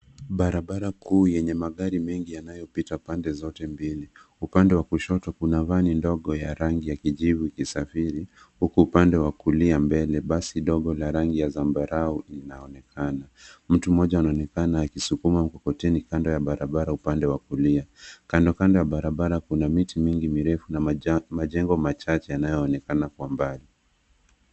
Barabara kuu yenye magari mengi yanayopita pande zote mbili. Upande wa kushoto kuna vani ndogo ya rangi ya kijivu ikisafiri huku upande wa kulia mbele basi dogo la rangi ya zambarau linaonekana. Mtu mmoja anaonekana akiskuma mkokoteni kando ya barabara upande wa kulia. Kandokando ya barabara kuna miti mingi mirefu na majengo machache yanayoonekana kwa mbali.